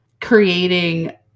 creating